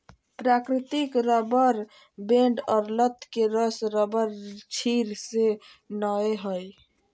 प्राकृतिक रबर पेड़ और लत के रस रबरक्षीर से बनय हइ